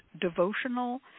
devotional